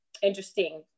interesting